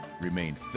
remain